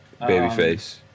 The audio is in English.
babyface